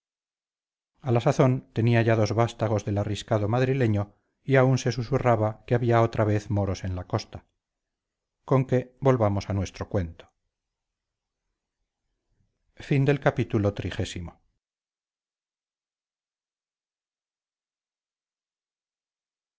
a la sazón tenía ya dos vástagos del arriscado madrileño y aún se susurraba que había otra vez moros en la costa conque volvamos a nuestro cuento